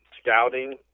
scouting